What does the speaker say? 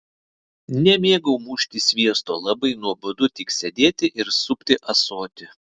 nemėgau mušti sviesto labai nuobodu tik sėdėti ir supti ąsotį